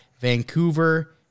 Vancouver